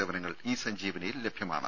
സേവനങ്ങൾ ഇ സഞ്ജീവനിയിൽ ലഭ്യമാണ്